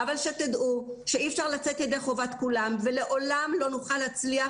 אבל תדעו שאי אפשר לצאת ידי חובת כולם ולעולם לא נצליח